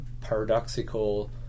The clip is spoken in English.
paradoxical